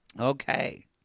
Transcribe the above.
Okay